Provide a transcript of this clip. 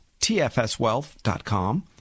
TFSwealth.com